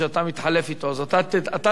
אתה תדבר אחרי מסעוד גנאים.